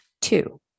Two